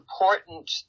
important